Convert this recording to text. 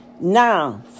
Now